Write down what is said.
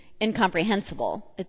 incomprehensible